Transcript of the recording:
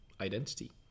identity